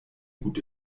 gut